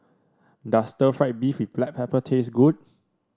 does Stir Fried Beef with Black Pepper taste good